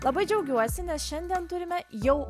labai džiaugiuosi nes šiandien turime jau